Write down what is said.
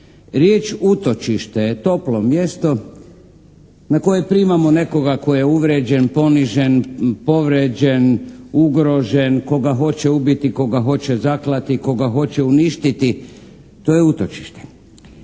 Riječ utočište je toplo mjesto na koje primamo nekoga tko je uvrijeđen, ponižen, povrijeđen, ugrožen, koga hoće ubiti, koga hoće zaklati, koga hoće uništiti. To je utočište.